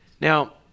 now